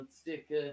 sticker